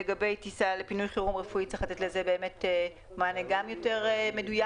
לגבי טיסה לפינוי חירום רפואי צריך לתת לה מענה יותר מדויק.